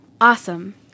Awesome